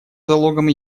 залогом